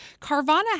Carvana